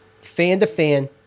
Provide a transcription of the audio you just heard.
fan-to-fan